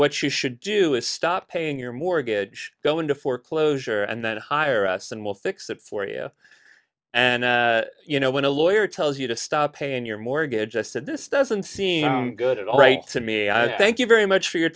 what you should do is stop paying your mortgage go into foreclosure and then hire us and we'll fix it for you and you know when a lawyer tells you to stop paying your mortgage i said this doesn't seem good at all right to me thank you very much for your